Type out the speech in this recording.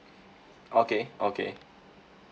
okay okay